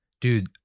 Dude